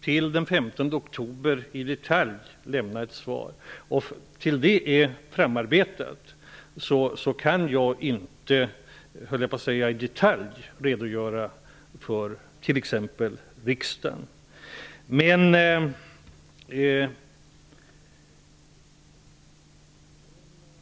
Till den 15 oktober skall vi i detalj avge ett svar. Fram till dess att svaret är utarbetat kan jag inte här i riksdagen i detalj redogöra för innehållet.